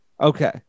okay